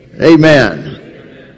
Amen